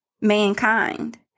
mankind